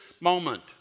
moment